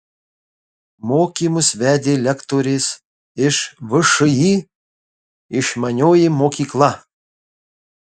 mokymus vedė lektorės iš všį išmanioji mokykla